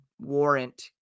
warrant